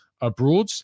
abroad